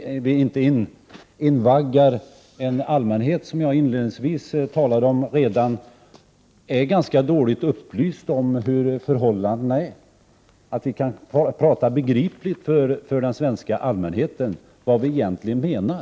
Allmänheten är, som jag redan inledningsvis sade, ganska dåligt upplyst om förhållandena. Vi bör tala begripligt så att den svenska allmänheten vet vad vi egentligen menar.